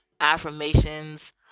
affirmations